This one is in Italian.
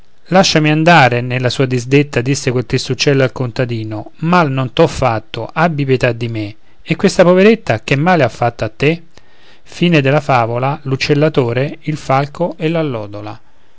lasciami andare nella sua disdetta disse quel tristo uccello al contadino mal non t'ho fatto abbi pietà di me e questa poveretta che male ha fatto a te e